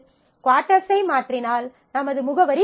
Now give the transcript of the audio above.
quarters ஐ மாற்றினால் நமது முகவரி மாறும்